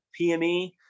pme